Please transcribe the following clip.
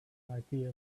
idea